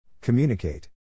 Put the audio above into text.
Communicate